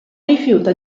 rifiuta